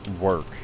work